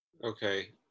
Okay